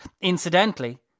incidentally